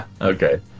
Okay